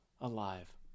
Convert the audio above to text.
alive